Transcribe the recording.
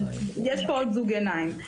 יש פה עוד זוג עיניים.